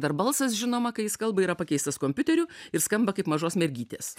dar balsas žinoma kai jis kalba yra pakeistas kompiuteriu ir skamba kaip mažos mergytės